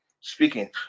speaking